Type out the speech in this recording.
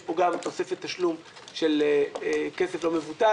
יש פה גם תוספת תשלום של כסף לא מבוטל.